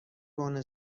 کهنه